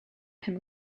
him